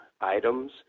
items